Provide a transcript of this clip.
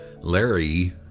Larry